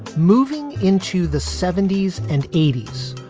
moving into the seventy s and eighty s,